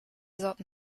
sorten